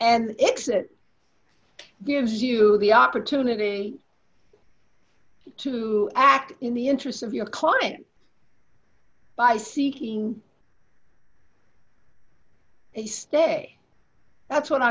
and it's it gives you the opportunity to act in the interests of your client by seeking a stay that's what